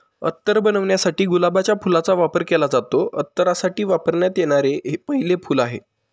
अत्तर बनवण्यासाठी गुलाबाच्या फुलाचा वापर केला जातो, अत्तरासाठी वापरण्यात येणारे हे पहिले फूल आहे